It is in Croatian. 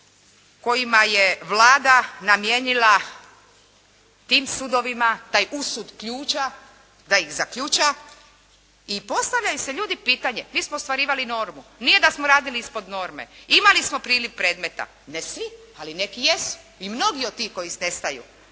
kojima je Vlada namijenila tim sudovima taj usud ključa da ih zaključa. I postavljaju si ljudi pitanje, mi smo ostvarivali normu. Nije da smo radili ispod norme. Imali smo priliv predmeta. Ne svi, ali neki jesu. I mnogi od tih koji